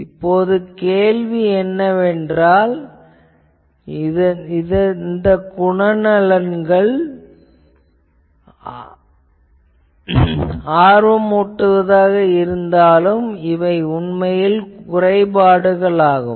இப்போது கேள்வி என்னவென்றால் இந்த குணநலன்கள் ஆர்வமூட்டுவதாக இருந்தாலும் இவை உண்மையில் இவை குறைபாடுகளாகும்